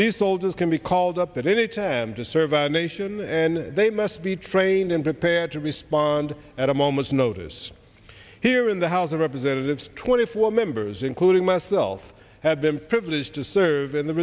these soldiers can be called up in it and to serve our nation and they must be trained and prepared to respond at a moment's notice here in the house of representatives twenty four members including myself have been privileged to serve in the